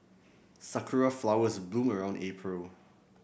sakura flowers bloom around April